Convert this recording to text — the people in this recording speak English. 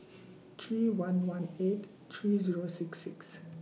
three one one eight three Zero six six